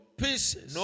pieces